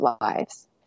lives